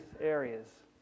areas